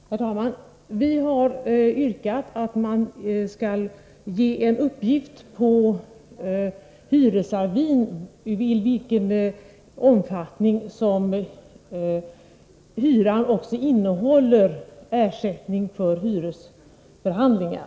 Herr talman! Vi har yrkat att man på hyresavin skall ge en uppgift om i vilken omfattning som hyran också innehåller ersättning för hyresförhandlingar.